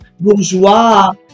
bourgeois